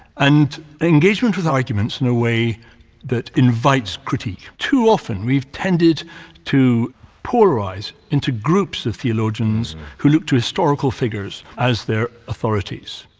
and engagement with arguments in a way that invites critique. too often, we've tended to polarize into groups of theologians who look to historical figures as their authorities.